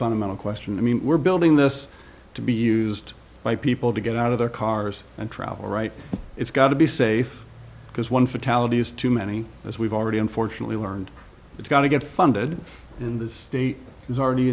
fundamental question i mean we're building this to be used by people to get out of their cars and travel right it's got to be safe because one fatality is too many as we've already unfortunately learned it's going to get funded in this state has already